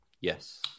Yes